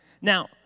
Now